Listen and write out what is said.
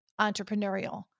entrepreneurial